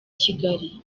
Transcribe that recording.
kigali